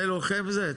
זה לוחם זה?